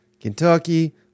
Kentucky